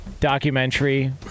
documentary